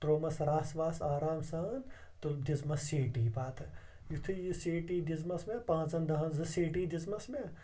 تروومَس رَس وَس آرام سان تہٕ دِژمَس سیٹی پَتہٕ یِتھُے یہِ سیٹی دِژمَس مےٚ پانژَن دَہَن زٕ سیٹی دِژمَس مےٚ